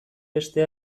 beste